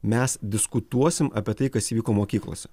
mes diskutuosim apie tai kas įvyko mokyklose